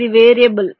ఇది వేరియబుల్